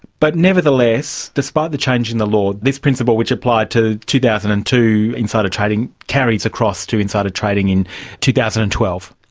but nevertheless, despite the change in the law, this principle which applied to two thousand and two insider trading carries across to insider trading in two thousand and twelve.